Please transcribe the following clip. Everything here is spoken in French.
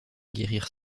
guérir